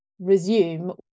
resume